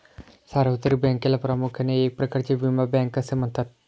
सार्वत्रिक बँकेला प्रामुख्याने एक प्रकारची विमा बँक असे म्हणतात